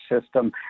system